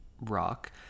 rock